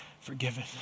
forgiven